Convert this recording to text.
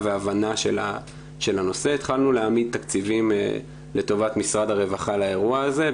והבנה של הנושא התחלנו להעמיד תקציבים לטובת משרד הרווחה לאירוע הזה,